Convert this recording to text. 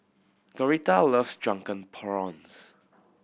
Doretha loves Drunken Prawns